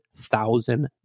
thousand